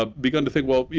ah begun to think, well,